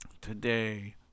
Today